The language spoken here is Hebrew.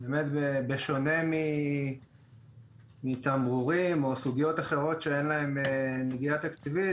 באמת בשונה מתמרורים או סוגיות אחרות שאין להן נגיעה תקציבית